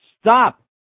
Stop